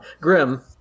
Grim